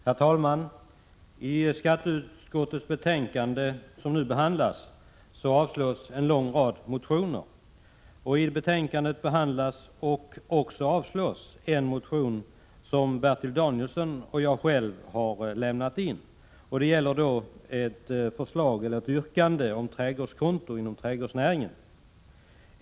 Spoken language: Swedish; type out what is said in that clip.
Herr talman! I skatteutskottets betänkande som nu behandlas avstyrks en lång rad motioner. I betänkandet behandlas och avstyrks bl.a. en motion som Bertil Danielsson och jag har väckt. Där finns ett yrkande om trädgårdskonto inom trädgårdsnäringen.